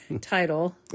title